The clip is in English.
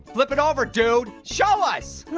flip it over, dude, show us! oh,